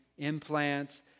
implants